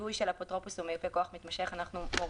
זיהוי של אפוטרופוס או מיופה כוח מתמשך מורידים,